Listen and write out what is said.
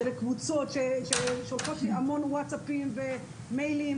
שאלה קבוצות ששולחות לי המון ווטסאפים ומיילים